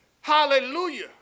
Hallelujah